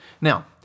Now